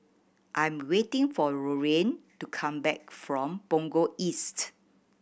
I'm waiting for Dorian to come back from Punggol East